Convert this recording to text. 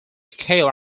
scale